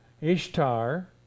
Ishtar